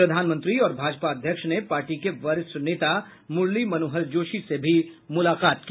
प्रधानमंत्री और भाजपा अध्यक्ष ने पार्टी के वरिष्ठ नेता मुरली मनोहर जोशी से भी मुलाकात की